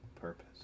purpose